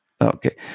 Okay